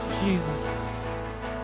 Jesus